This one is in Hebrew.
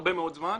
הרבה מאוד זמן.